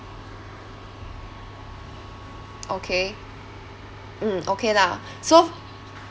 okay mm okay lah so